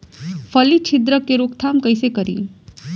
फली छिद्रक के रोकथाम कईसे करी?